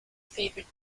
favourite